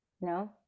No